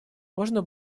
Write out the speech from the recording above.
можно